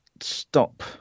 stop